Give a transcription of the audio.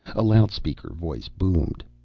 a loudspeaker voice boomed,